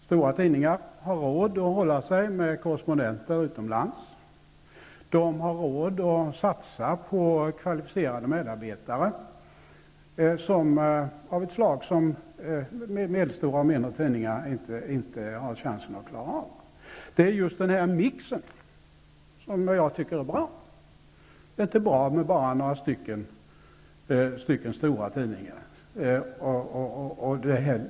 Stora tidningar har råd att hålla sig med korrespondenter utomlands, att satsa på kvalificerade medarbetare på ett sätt som medelstora och mindre tidningar inte har chans att klara. Det är denna mix som jag tycker är bra. Det är inte bra med bara några stycken stora tidningar.